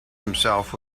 himself